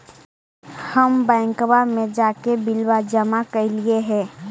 हम बैंकवा मे जाके बिलवा जमा कैलिऐ हे?